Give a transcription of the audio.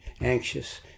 anxious